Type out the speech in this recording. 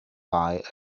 buy